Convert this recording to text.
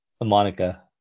Monica